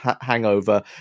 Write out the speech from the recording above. hangover